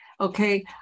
Okay